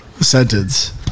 sentence